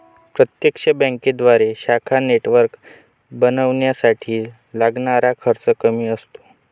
प्रत्यक्ष बँकेद्वारे शाखा नेटवर्क बनवण्यासाठी लागणारा खर्च कमी असतो